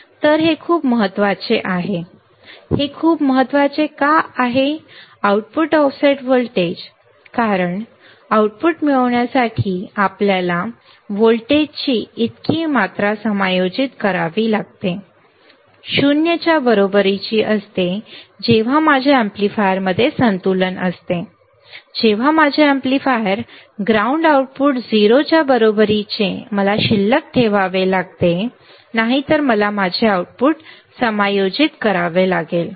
तर हे खूप महत्वाचे आहे हे खूप महत्वाचे का आउटपुट ऑफसेट व्होल्टेज कारण आऊटपुट मिळवण्यासाठी आपल्याला व्होल्टेजची इतकी मात्रा समायोजित करावी लागते 0 च्या बरोबरीची असते जेव्हा माझ्या एम्पलीफायरमध्ये संतुलन असते जेव्हा माझे एम्पलीफायर ग्राउंड आउटपुट 0 च्या बरोबरीचे मला शिल्लक ठेवावे लागते नाही तर मला माझे आउटपुट समायोजित करावे लागेल